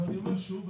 ואני אומר שוב,